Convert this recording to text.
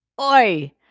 oi